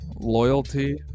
loyalty